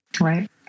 Right